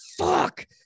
Fuck